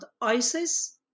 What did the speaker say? ISIS